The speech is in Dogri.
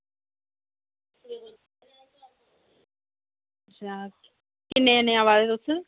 किन्ने जने आवा दे तुस